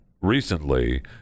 recently